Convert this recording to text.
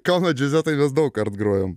kauno džase tai meės daugkart grojomx